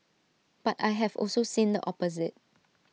but I have also seen the opposite